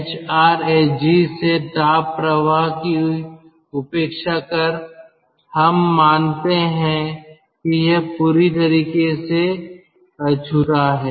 HRSG से ताप प्रवाह की उपेक्षा कर हम मानते हैं कि यह पूरी तरह से अछूता है